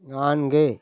நான்கு